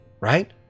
right